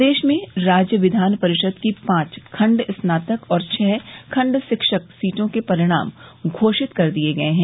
प्रदेश में राज्य विधान परिषद की पांच खण्ड स्नातक और छः खण्ड शिक्षक सीटों के परिणाम घोषित कर दिये गये हैं